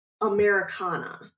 Americana